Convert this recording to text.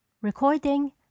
recording